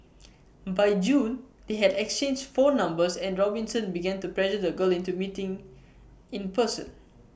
by June they had exchanged phone numbers and Robinson began to pressure the girl into meeting in person